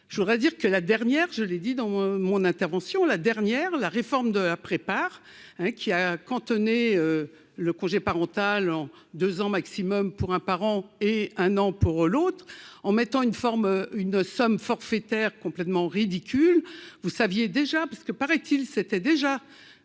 je voudrais dire que la dernière, je l'ai dit dans mon intervention, la dernière, la réforme de ah prépare un qui a cantonné le congé parental en 2 ans maximum pour un parent et un an pour l'autre en mettant une forme une somme forfaitaire complètement ridicule, vous saviez déjà parce que, paraît-il, c'était déjà